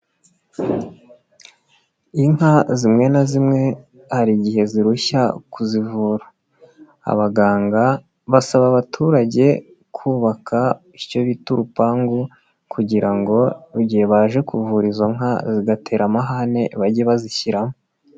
Inka zimwe na zimwe hari igihe zirushya kuzivura, abaganga basaba abaturage kubaka icyo bita urupangu kugira ngo igihe baje kuvura izo nka zigatera amahane bage bazishyiramo.